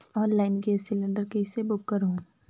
Online gas cylinder कइसे book करहु?